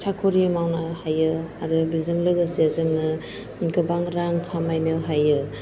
साख्रि मावनो हायो आरो बेजों लोगोसे जोङो गोबां रां खामायनो हायो